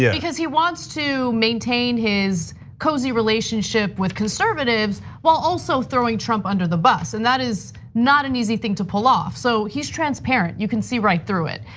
yeah because he wants to maintain his cozy relationship with conservatives while also throwing trump under the bus. and that is not an easy thing to pull off. so he's transparent, you can see right through it.